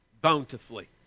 bountifully